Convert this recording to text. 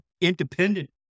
independent